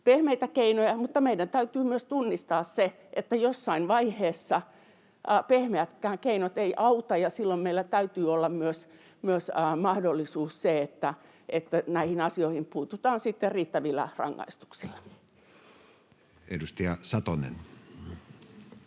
pehmeitä keinoja, mutta meidän täytyy myös tunnistaa se, että jossain vaiheessa pehmeät keinot eivät auta, ja silloin meillä täytyy olla myös mahdollisuus siihen, että näihin asioihin puututaan sitten riittävillä rangaistuksilla. Edustaja Satonen.